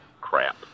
crap